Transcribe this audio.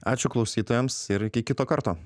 ačiū klausytojams ir iki kito karto